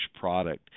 product